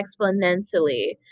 exponentially